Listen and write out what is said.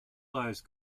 those